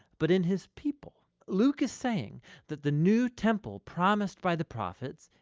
but in his people. luke is saying that the new temple promised by the prophets,